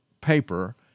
paper